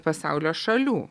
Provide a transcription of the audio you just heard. pasaulio šalių